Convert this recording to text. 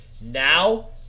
Now